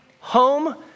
home